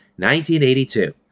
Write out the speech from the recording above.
1982